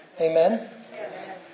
Amen